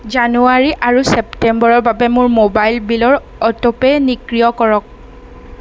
জানুৱাৰী আৰু ছেপ্টেম্বৰৰ বাবে মোৰ ম'বাইল বিলৰ অটোপে' নিক্ৰিয় কৰক